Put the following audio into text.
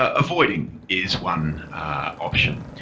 ah avoiding is one option.